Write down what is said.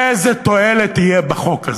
איזו תועלת תהיה בחוק הזה?